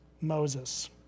Moses